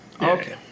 okay